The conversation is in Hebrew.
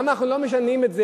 למה אנחנו לא משנים את זה?